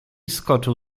skoczył